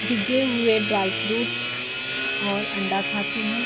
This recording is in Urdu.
بھیگے ہوئے ڈرائی فروٹس اور انڈا کھاتی ہوں